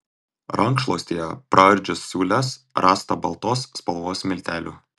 rankšluostyje praardžius siūles rasta baltos spalvos miltelių